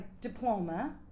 diploma